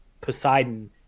Poseidon